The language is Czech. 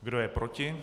Kdo je proti?